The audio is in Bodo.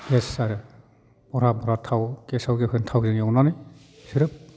गेस आरो भरा भरा थाव गेसाव गोफोन थावजों एवनायनानै बिसोरो